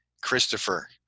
Christopher